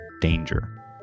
danger